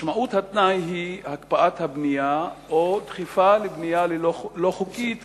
משמעות התנאי היא הקפאת הבנייה או דחיפה לבנייה לא-חוקית,